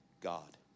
God